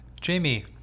Jamie